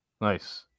Nice